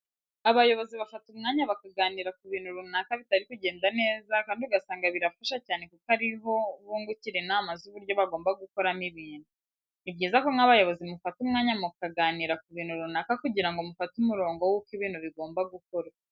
Abayobozi bafata umwanya bakaganira ku bintu runaka bitari kugenda neza kandi ugasanga birafasha cyane kuko ari ho bungukira inama z'uburyo bagomba gukoramo ibintu. Ni byiza ko nk'abayobozi mufata umwanya mukaganira ku bintu runaka kugira ngo mufate umurongo wuko ibintu bigomba gukorwa.